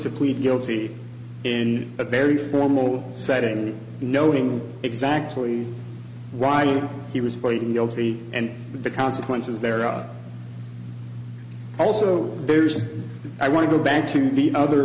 to plead guilty in a very formal setting knowing exactly riding he was pleading guilty and the consequences there are also there's i want to go back to the other